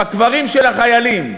בקברים של החיילים.